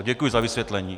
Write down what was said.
Děkuji za vysvětlení.